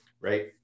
right